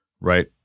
Right